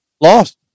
lost